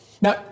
Now